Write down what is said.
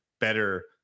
better